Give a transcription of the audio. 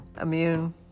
Immune